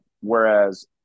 whereas